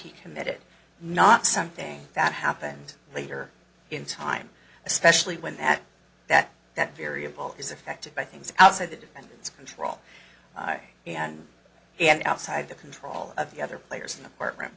he committed not something that happened later in time especially when that that that variable is affected by things outside the defendant's control and outside of the control of the other players in the court room